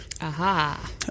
Aha